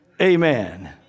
Amen